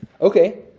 Okay